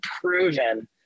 proven